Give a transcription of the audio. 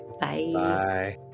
Bye